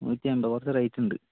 നൂറ്റി എമ്പത് കുറച്ച് റേറ്റ് ഉണ്ട്